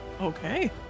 Okay